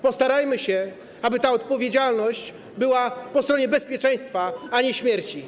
Postarajmy się, aby ta odpowiedzialność była po stronie bezpieczeństwa, a nie śmierci.